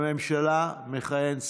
בממשלה מכהן שר,